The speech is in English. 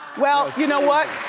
well, you know what?